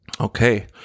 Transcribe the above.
Okay